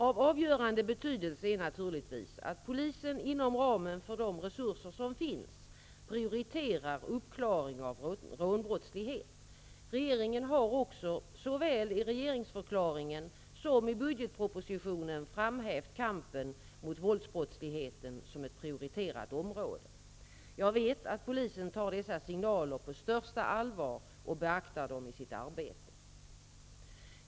Av avgörande betydelse är naturligtvis att polisen inom ramen för de resurser som finns prioriterar uppklaring av rånbrottslighet. Regeringen har också, såväl i regeringsförklaringen som i budgetpropositionen, framhävt kampen mot våldsbrottsligheten som ett prioriterat område. Jag vet att polisen tar dessa signaler på största allvar och beaktar dem i sitt arbete.